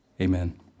Amen